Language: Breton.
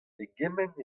pegement